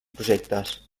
projectes